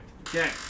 Okay